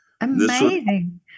amazing